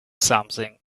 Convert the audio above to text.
something